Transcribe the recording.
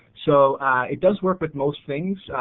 so it does work with most things,